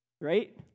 right